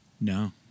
No